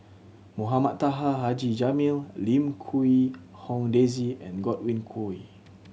Mohamed Taha Haji Jamil Lim Quee Hong Daisy and Godwin Koay